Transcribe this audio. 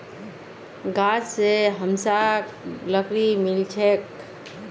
गाछ स हमसाक लकड़ी मिल छेक